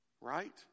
right